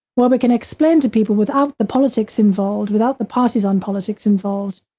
well, we can explain to people without the politics involved, without the parties on politics involved,